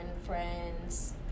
friends